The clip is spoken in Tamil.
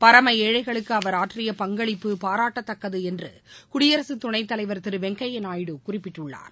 பரம ஏழைகளுக்கு அவர் ஆற்றிய பங்களிப்பு பாராட்டத்தக்கது என்று குடியரசு துணைத்தலைவர் திரு வெங்கையா நாயுடு குறிப்பிட்டுள்ளார்